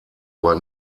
aber